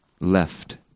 left